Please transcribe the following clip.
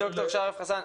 ד"ר שרף חסאן,